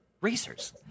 racers